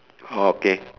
okay